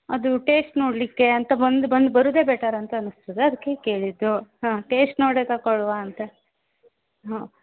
ಅದು ಟೇಸ್ಟ್ ನೋಡಲಿಕ್ಕೆ ಅಂತ ಬಂದು ಬಂದು ಬರೋದೇ ಬೆಟರ್ ಅಂತ ಅನ್ಸ್ತದೆ ಅದಕ್ಕೆ ಕೇಳಿದ್ದು ಹಾಂ ಟೇಸ್ಟ್ ನೋಡೇ ತಗೊಳ್ಳುವ ಅಂತ ಹಾಂ